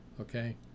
Okay